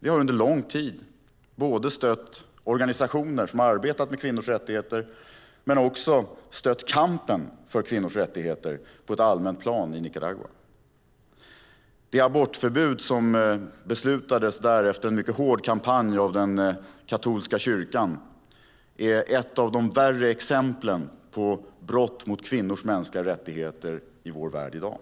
Vi har under lång tid stött både organisationer som har arbetat med kvinnors rättigheter och kampen för kvinnors rättigheter på ett allmänt plan i Nicaragua. Det abortförbud som beslutades där efter en mycket hård kampanj av den katolska kyrkan är ett av de värre exemplen på brott mot kvinnors mänskliga rättigheter i vår värld i dag.